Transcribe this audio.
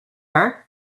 her